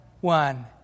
one